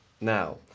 Now